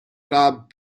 club